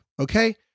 okay